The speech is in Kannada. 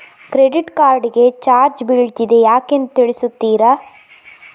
ಕ್ರೆಡಿಟ್ ಕಾರ್ಡ್ ಗೆ ಚಾರ್ಜ್ ಬೀಳ್ತಿದೆ ಯಾಕೆಂದು ತಿಳಿಸುತ್ತೀರಾ?